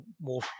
more